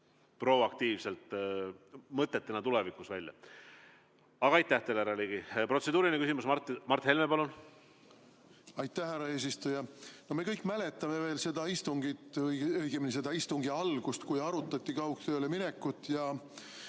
proaktiivselt ise tulevikuks välja tõi. Aga aitäh teile, härra Ligi! Protseduuriline küsimus, Mart Helme, palun! Aitäh, härra eesistuja! No me kõik mäletame veel seda istungit või õigemini seda istungi algust, kui arutati kaugtööle minekut, ja